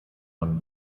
von